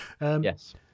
yes